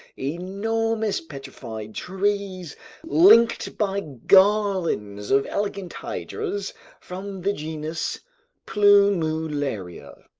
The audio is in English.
enormous petrified trees linked by garlands of elegant hydras from the genus plumularia,